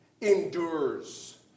endures